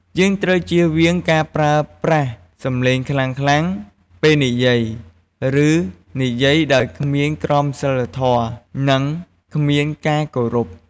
យើងត្រូវជៀសវាងការប្រើប្រាស់សម្លេងខ្លាំងៗពេលនិយាយ ឬនិយាយដោយគ្មានក្រមសីលធម៌ និងគ្មានការគោរព។